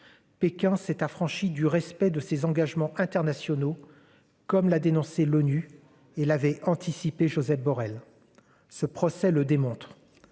Pékin s'est affranchi du respect de ses engagements internationaux, comme l'a dénoncé l'ONU et l'avait anticipé Josep Borrell ce procès le démontre.